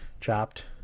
Chopped